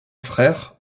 frère